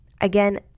again